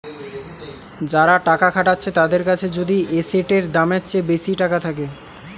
যারা টাকা খাটাচ্ছে তাদের কাছে যদি এসেটের দামের চেয়ে বেশি টাকা থাকে